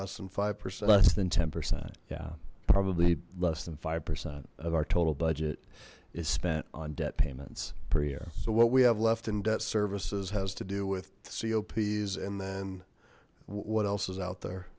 less than five percent less than ten percent yeah probably less than five percent of our total budget is spent on debt payments per year so what we have left in debt services has to do with co pays and then what else is out there